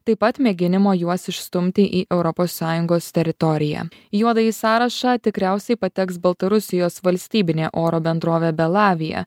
taip pat mėginimo juos išstumti į europos sąjungos teritoriją juodąjį sąrašą tikriausiai pateks baltarusijos valstybinė oro bendrovė belavija